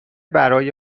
برای